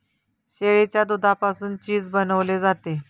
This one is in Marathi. शेळीच्या दुधापासून चीज बनवले जाते